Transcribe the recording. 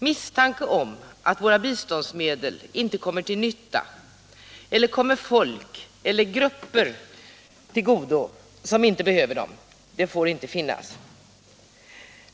Misstanke om att våra bidragsmedel inte kommer till nytta eller kommer folk eller grupper till godo som inte behöver dem får inte finnas.